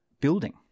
building